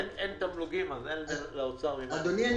אין תמלוגים אז אין דרך לאוצר --- אין הכנסות.